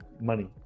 money